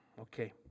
okay